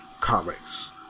comics